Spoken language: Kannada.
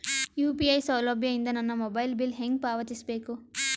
ಯು.ಪಿ.ಐ ಸೌಲಭ್ಯ ಇಂದ ನನ್ನ ಮೊಬೈಲ್ ಬಿಲ್ ಹೆಂಗ್ ಪಾವತಿಸ ಬೇಕು?